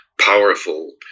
powerful